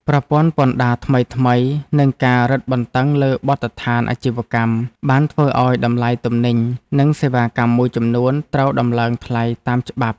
ប្រព័ន្ធពន្ធដារថ្មីៗនិងការរឹតបន្តឹងលើបទដ្ឋានអាជីវកម្ម បានធ្វើឱ្យតម្លៃទំនិញនិងសេវាកម្មមួយចំនួនត្រូវដំឡើងថ្លៃតាមច្បាប់។